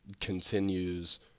continues